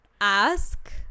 ask